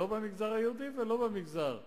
לא במגזר היהודי ולא במגזר הערבי,